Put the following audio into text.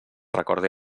recorde